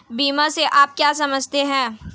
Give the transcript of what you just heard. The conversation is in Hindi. बीमा से आप क्या समझते हैं?